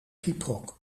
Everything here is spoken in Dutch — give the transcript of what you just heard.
gyproc